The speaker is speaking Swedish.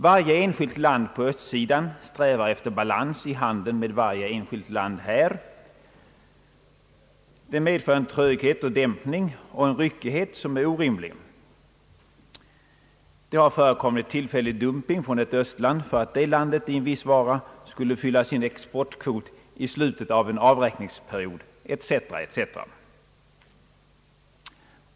Varje enskilt land på östsidan strävar efter balans i handeln med varje enskilt land här. Det medför en tröghet och dämpning och en ryckighet som är orimlig. Det har förekommit tillfällig dumping från ett östland för att landet i en viss vara skulle fylla sin exportkvot i slutet av en avräkningsperiod etc. etc.